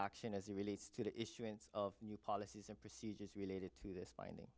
action as it relates to the issuance of new policies and procedures related to this finding